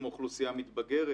כמו אוכלוסייה מתבגרת.